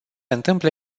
întâmple